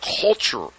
culture